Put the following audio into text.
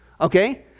okay